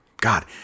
God